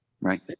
Right